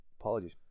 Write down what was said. Apologies